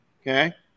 Okay